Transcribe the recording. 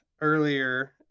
earlier